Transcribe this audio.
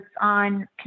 on